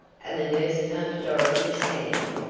and the nurse touched dorothy's hand.